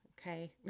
okay